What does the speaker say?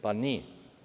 Pa nije.